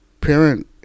parent